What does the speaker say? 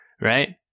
right